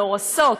מאורסות.